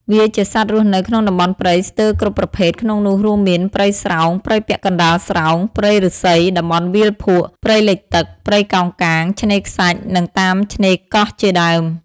វាជាសត្វរស់នៅក្នុងតំបន់ព្រៃស្ទើរគ្រប់ប្រភេទក្នុងនោះរួមមាន ព្រៃស្រោង ព្រៃពាក់កណ្តាលស្រោង ព្រៃឬស្សី តំបន់វាលភក់ ព្រៃលិចទឹក ព្រៃកោងកាង ឆ្នេខ្សាច់ និងតាមឆ្នេរកោះជាដើម។